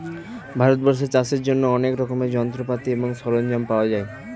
ভারতবর্ষে চাষের জন্য অনেক রকমের যন্ত্রপাতি এবং সরঞ্জাম পাওয়া যায়